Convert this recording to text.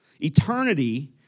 Eternity